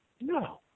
No